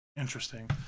interesting